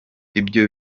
ibyo